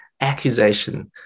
accusation